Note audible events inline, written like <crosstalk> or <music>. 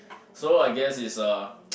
so I guess it's a <noise>